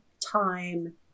time